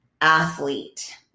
athlete